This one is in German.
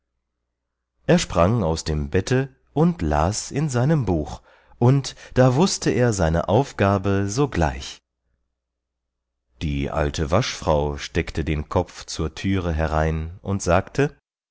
er sprang aus dem bette und las in seinem buch und da wußte er seine aufgabe sogleich die alte waschfrau steckte den kopf zur thüre herein und sagte